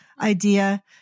idea